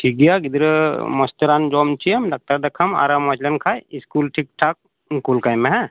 ᱴᱷᱤᱠ ᱜᱮᱭᱟ ᱜᱤᱫᱽᱨᱟᱹ ᱢᱚᱡᱽ ᱛᱮ ᱨᱟᱱ ᱡᱚᱢ ᱦᱚᱪᱚᱭᱮᱟ ᱰᱟᱨᱛᱚᱨ ᱫᱮᱠᱷᱟᱣᱮᱢ ᱟᱨᱮ ᱢᱚᱡᱽ ᱞᱮᱱᱠᱷᱟᱱ ᱥᱠᱩᱞ ᱴᱷᱤᱠ ᱴᱷᱟᱠ ᱠᱳᱞ ᱠᱟᱭᱢᱮ ᱦᱮᱸ